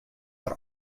der